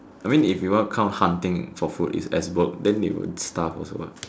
I mean if we want to count hunting for food is as work then they will starve also what